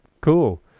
Cool